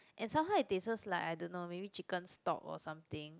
and somehow it tastes like I don't know maybe chicken stock or something